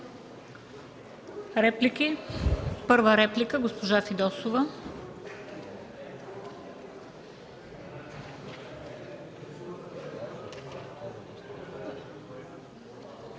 Реплики? Първа реплика – госпожа Фидосова.